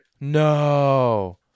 No